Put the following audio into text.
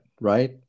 right